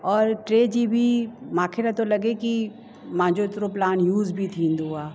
और टे G B मूंखे नथो लॻे की मुंहिंजो एतितरो प्लान यूज़ बि थींदो आहे